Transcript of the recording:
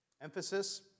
emphasis